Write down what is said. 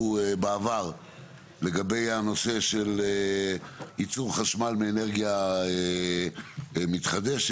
בעבר לגבי הנושא של ייצור חשמל מאנרגיה מתחדשת,